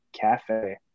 Cafe